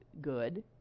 good